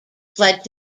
fled